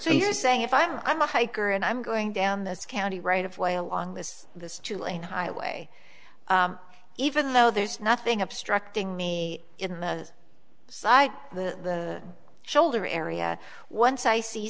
so you're saying if i'm i'm a hiker and i'm going down this county right of way along this this two lane highway even though there's nothing obstructing me in the side the shoulder area once i see